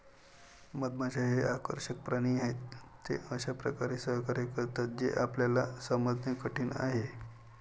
मधमाश्या हे आकर्षक प्राणी आहेत, ते अशा प्रकारे सहकार्य करतात जे आपल्याला समजणे कठीण आहे